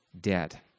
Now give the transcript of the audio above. dead